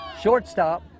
shortstop